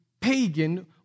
pagan